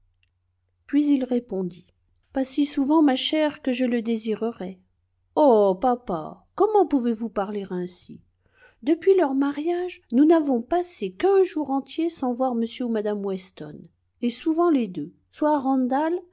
puis il répondit pas si souvent ma chère que je le désirerais oh papa comment pouvez-vous parler ainsi depuis leur mariage nous n'avons passé qu'un jour entier sans voir m ou mme weston et souvent les deux soit à randall